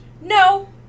No